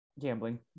gambling